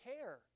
care